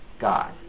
God